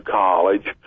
college